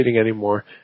anymore